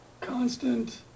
Constant